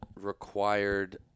required